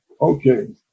Okay